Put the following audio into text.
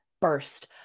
burst